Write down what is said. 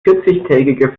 vierzigtägige